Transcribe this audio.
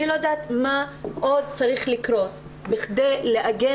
אני לא יודעת מה עוד צריך לקרות בכדי לעגן